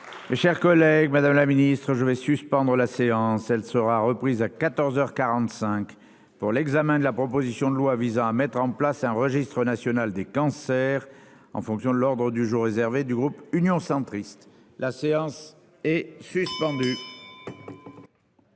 Chers collègues Madame la Ministre je vais suspendre la séance. Elle sera reprise à 14h 45 pour l'examen de la proposition de loi visant à mettre en place un registre national des cancers en fonction de l'ordre du jour réservé du groupe Union centriste. La séance est suspendue.